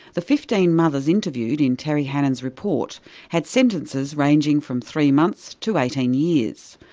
the fifteen mothers interviewed in terry hannon's report had sentences ranging from three months to eighteen years.